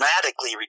dramatically